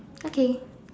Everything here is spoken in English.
okay